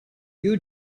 you